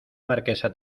marquesa